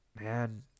man